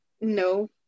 no